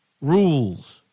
rules